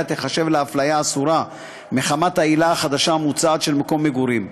תיחשב הפליה אסורה מחמת העילה החדשה המוצעת של מקום מגורים.